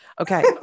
Okay